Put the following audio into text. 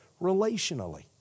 relationally